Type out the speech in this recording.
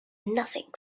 nothing